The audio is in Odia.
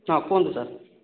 ହଁ କୁହନ୍ତୁ ସାର